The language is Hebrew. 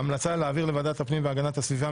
ההמלצה היא להעביר לוועדת הפנים והגנת הסביבה.